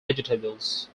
vegetables